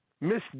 Miss